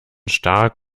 stark